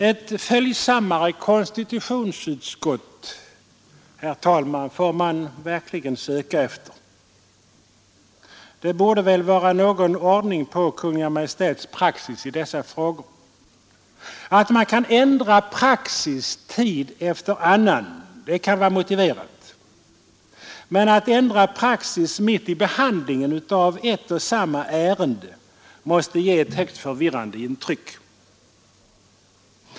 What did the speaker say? Ett följsammare konstitutionsutskott, herr talman, får man verkligen söka efter. Det borde väl vara någon ordning på Kungl. Maj:ts praxis i dessa frågor. Att ändra praxis tid efter annan kan vara motiverat men att ändra praxis mitt i behandlingen av ett och samma ärende måste ge ett högst förvirrande intryck.